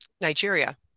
Nigeria